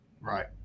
Right